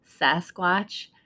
Sasquatch